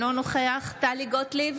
אינו נוכח טלי גוטליב,